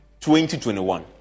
2021